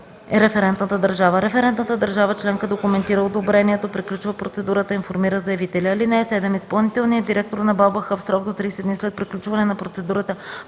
референтната държава. Референтната държава членка документира одобрението, приключва процедурата и информира заявителя. (7) Изпълнителният директор на БАБХ в срок до 30 дни след приключване на процедурата